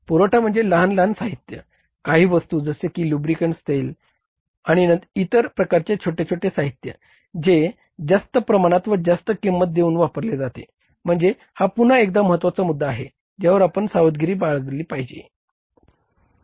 पुरवठा म्हणजे लहान लहान साहित्य काही वस्तू जसे की लुब्रिकेंट्स तेल आणि इतर प्रकारचे छोटे छोटे साहित्य जे जास्त प्रमाणात व जास्त किंमत देऊन वापरले जाते म्हणजे हा पुन्हा एकदा महत्वाचा मुद्दा आहे ज्यावर आपण सावधगिरी बाळगली पाहिजे